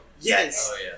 Yes